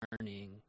learning